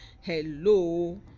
hello